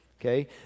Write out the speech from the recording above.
Okay